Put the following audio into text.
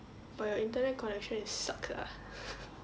but your internet connection is suck ah